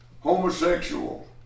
Homosexual